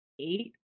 eight